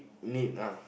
need lah